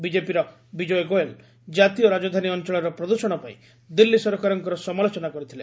ବିଜେପିର ବିଜୟ ଗୋୟଲ୍ ଜାତୀୟ ରାଜଧାନୀ ଅଞ୍ଚଳର ପ୍ରଦୃଷଣ ପାଇଁ ଦିଲ୍ଲୀ ସରକାରଙ୍କ ସମାଲୋଚନା କରିଥିଲେ